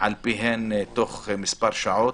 על פיהן תוך מספר שעות.